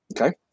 Okay